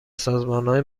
سازمانهای